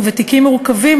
ובתיקים מורכבים,